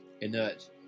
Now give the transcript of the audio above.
inert